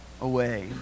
away